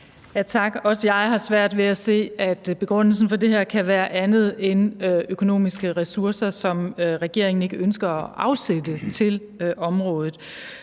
Tak. Også jeg har svært ved at se, at begrundelsen for det her kan være andet end økonomiske ressourcer, som regeringen ikke ønsker at afsætte til området.